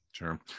Sure